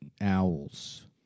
Owls